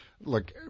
look